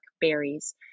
berries